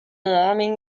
homem